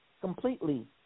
completely